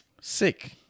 sick